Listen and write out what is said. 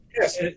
Yes